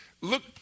Look